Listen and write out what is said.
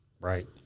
right